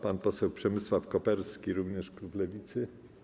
Pan poseł Przemysław Koperski, także klub Lewicy.